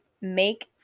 make